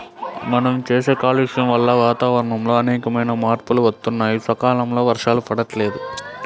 మనం చేసే కాలుష్యం వల్ల వాతావరణంలో అనేకమైన మార్పులు వత్తన్నాయి, సకాలంలో వర్షాలు పడతల్లేదు